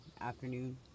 afternoon